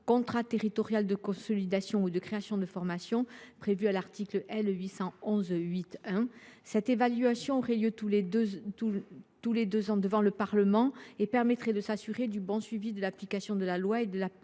contrat territorial de consolidation ou de création de formation, prévu à l’article L. 811 8 1. Cette évaluation aurait lieu tous les deux ans devant le Parlement et permettrait de s’assurer du bon suivi de l’application de la loi et de